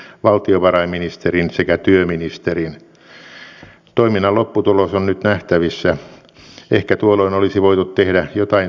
se ei ole vain sitä että meillä on turvakotipaikkoja vaan se on paljon paljon muutakin